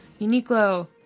Uniqlo